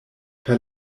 per